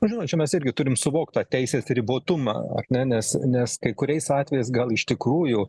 nežinau čia mes irgi turim suvokt tą teisės ribotumą ar ne nes nes kai kuriais atvejais gal iš tikrųjų